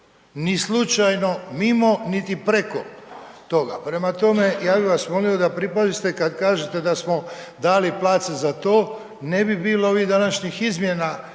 Ni slučajno mimo, niti preko toga. Prema tome, ja bi vas molio da pripazite kad kažete da smo dali place za to, ne bi bilo ovih današnjih izmjena